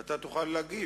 ואתה תוכל להגיב.